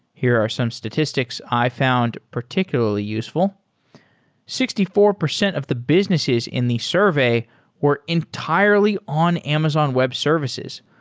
here are some statistics i found particularly useful sixty four percent of the businesses in the survey were entirely on amazon web services,